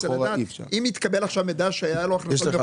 אם יתקבל עכשיו מידע שהיו לו הכנסות,